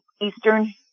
Eastern